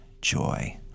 joy